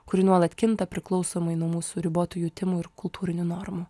kuri nuolat kinta priklausomai nuo mūsų ribotų jutimų ir kultūrinių normų